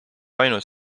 ainus